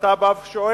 ואתה בא ושואל,